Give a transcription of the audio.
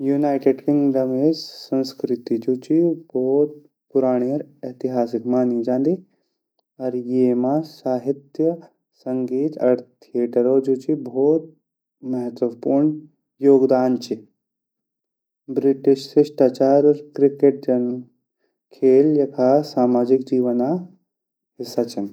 United Kingdom में संस्कृति जु ची उ भोत पुराणी अर ऐतिहासिक मानी जांदी अर ये मा साहित्य, संगीत अर थिएटरो जु ची भोत महतवपूर्ण योगदान ची ब्रिटिश शिस्टाचार अर क्रिकेट जन खेल यखा सामाजिक जीवना हिस्सा छिन।